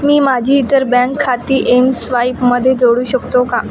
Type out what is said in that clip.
मी माझी इतर बँक खाती एमस्वाईपमध्ये जोडू शकतो का